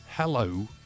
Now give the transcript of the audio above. Hello